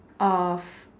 of